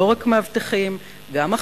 לא רק מאבטחים, גם אחיות,